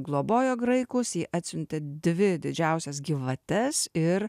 globojo graikus ji atsiuntė dvi didžiausias gyvates ir